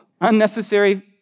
unnecessary